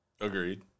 Agreed